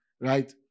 right